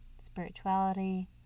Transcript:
spirituality